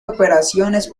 operaciones